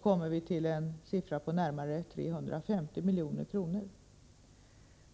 kommer vi till en siffra på närmare 350 milj.kr.